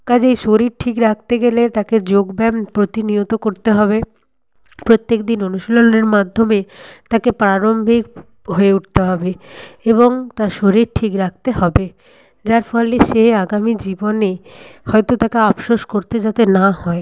কাজেই শরীর ঠিক রাখতে গেলে তাকে যোগ ব্যায়াম প্রতিনিয়ত করতে হবে প্রত্যেক দিন অনুশীলনের মাধ্যমে তাকে প্রারম্ভিক হয়ে উঠতে হবে এবং তার শরীর ঠিক রাখতে হবে যার ফলে সে আগামী জীবনে হয়তো তাকে আপশোস করতে যাতে না হয়